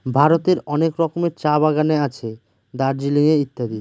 ভারতের অনেক রকমের চা বাগানে আছে দার্জিলিং এ ইত্যাদি